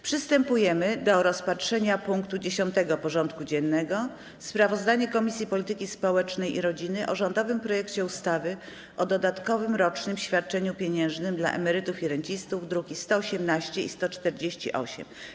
Przystępujemy do rozpatrzenia punktu 10. porządku dziennego: Sprawozdanie Komisji Polityki Społecznej i Rodziny o rządowym projekcie ustawy o dodatkowym rocznym świadczeniu pieniężnym dla emerytów i rencistów (druki nr 118 i 148)